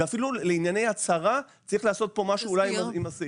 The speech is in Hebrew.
ואפילו לענייני הצהרה צריך לעשות פה משהו עם הסעיף.